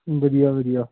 ਵਧੀਆ ਵਧੀਆ